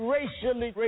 Racially